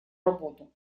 работу